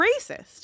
racist